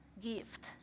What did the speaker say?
gift